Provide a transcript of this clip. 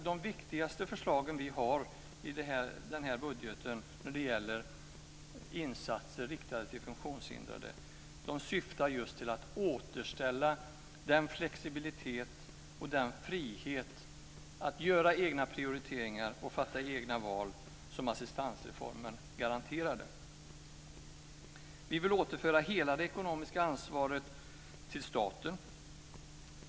De viktigaste förslagen vi har i budgeten när det gäller insatser riktade till funktionshindrade syftar just till att återställa den flexibilitet och den frihet att göra prioriteringar och fatta egna val som assistansreformen garanterade. Vi vill återföra hela det ekonomiska ansvaret till staten.